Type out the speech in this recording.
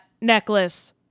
necklace